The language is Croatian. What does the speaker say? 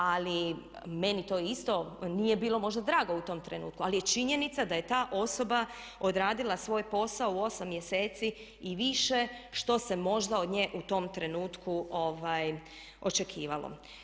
Ali meni to isto nije bilo možda drago u tom trenutku, ali je činjenica da je ta osoba odradila svoj posao u 8 mjeseci i više što se možda od nje u tom trenutku očekivalo.